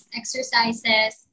exercises